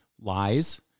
lies